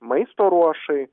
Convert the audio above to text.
maisto ruošai